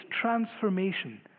transformation